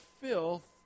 filth